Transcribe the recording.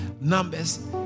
numbers